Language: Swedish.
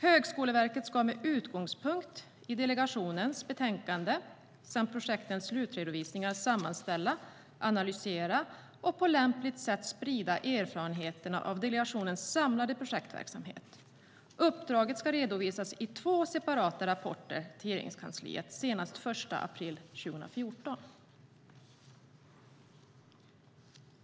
Högskoleverket ska med utgångspunkt i delegationens betänkande samt projektens slutredovisningar sammanställa, analysera och på lämpligt sätt sprida erfarenheterna av delegationens samlade projektverksamhet. Uppdraget ska redovisas i två separata rapporter till Regeringskansliet senast den 1 april 2014.